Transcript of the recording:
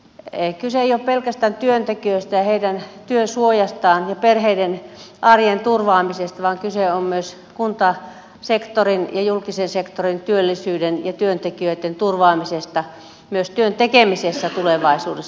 kyse ei ole pelkästään työntekijöistä ja heidän työsuojastaan ja perheiden arjen turvaamisesta vaan kyse on myös kuntasektorin ja julkisen sektorin työllisyyden ja työntekijöitten turvaamisesta myös työn tekemisessä tulevaisuudessa